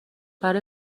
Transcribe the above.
برای